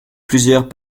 plusieurs